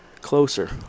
closer